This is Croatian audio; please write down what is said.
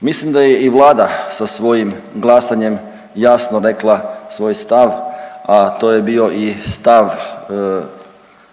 Mislim da je i Vlada sa svojim glasanjem jasno rekla svoj stav, a to je bio i stav